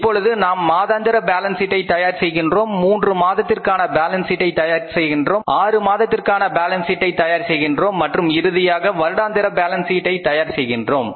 இப்பொழுது நாம் மாதாந்திர பேலன்ஸ் ஷீட்டை தயார் செய்கின்றோம் மூன்று மாதத்திற்கான பேலன்ஸ் ஷீட்டை தயார் செய்கின்றோம் 6 மாதத்திற்கான பேலன்ஸ் ஷீட்டை தயார் செய்கின்றோம் மற்றும் இறுதியாக வருடாந்திர பேலன்ஸ் ஷீட்டை தயார் செய்கின்றோம்